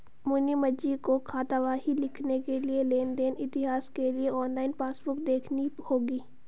मुनीमजी को खातावाही लिखने के लिए लेन देन इतिहास के लिए ऑनलाइन पासबुक देखनी होगी